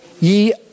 ye